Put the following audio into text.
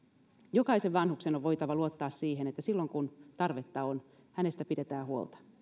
jokaisen vanhuksen on voitava luottaa siihen että silloin kun tarvetta on hänestä pidetään huolta